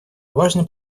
важно